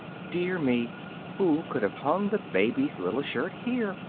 dear me who could have hung the baby's little shirt here?